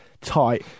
tight